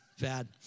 bad